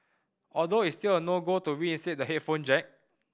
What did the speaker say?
although it's still a no go to reinstate the headphone jack